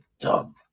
dumb